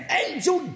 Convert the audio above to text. angel